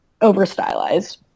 over-stylized